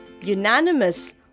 unanimous